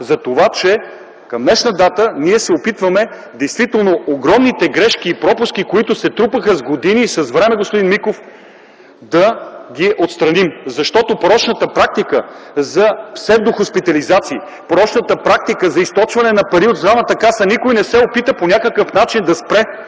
за това, че към днешна дата ние се опитваме действително огромните грешки и пропуски, които се трупаха с години и с време, господин Миков, да ги отстраним, защото порочната практика за псевдохоспитализации, порочната практика за източване на пари от Здравната каса, никой не се опита по някакъв начин да спре.